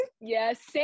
Yes